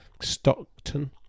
Stockton